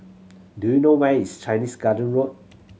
do you know where is Chinese Garden Road